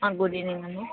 good evening అమ్మ